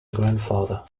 grandfather